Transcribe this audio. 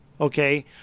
okay